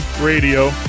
Radio